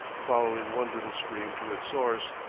following one little stream to its source,